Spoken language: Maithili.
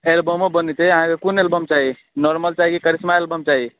एलबमो बनेतै अहाँके कोन एलबम चाही नॉर्मल चाही की करिश्मा एलबम चाही